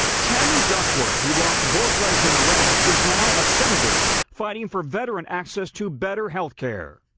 tammy duckworth who lost both legs in iraq is now a senator fighting for veteran access to better health care.